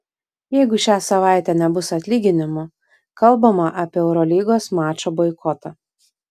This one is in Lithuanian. jeigu šią savaitę nebus atlyginimų kalbama apie eurolygos mačo boikotą